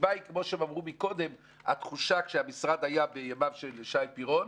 הסיבה היא התחושה כשהמשרד היה בימיו של שי פירון,